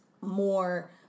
more